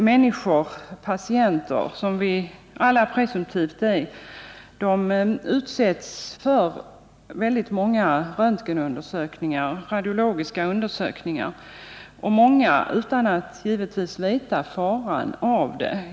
Människor/patienter, som vi alla presumtivt är, utsätts för väldigt många radiologiska undersökningar — många givetvis utan att veta faran.